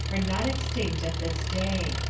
are not extinct at this day.